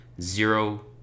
zero